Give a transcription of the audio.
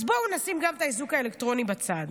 אז בואו נשים גם את האיזוק האלקטרוני בצד.